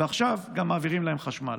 ועכשיו גם מעבירים להם חשמל.